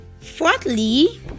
fourthly